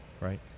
right